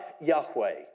Yahweh